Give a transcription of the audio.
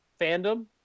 fandom